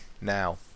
now